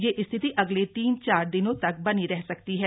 यह स्थिति अगले तीन चार दिनों तक बनी रह सकती है